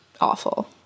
awful